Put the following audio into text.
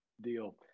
deal